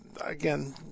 again